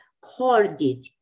corded